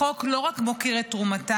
החוק לא רק מוקיר את תרומתם,